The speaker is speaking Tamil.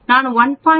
நான் 1